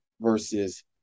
versus